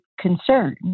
concern